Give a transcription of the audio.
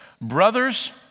brothers